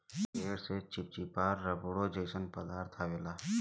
पेड़ से चिप्चिपा रबड़ो जइसा पदार्थ अवेला